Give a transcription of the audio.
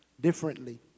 differently